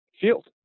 field